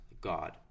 God